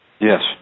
Yes